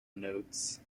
notes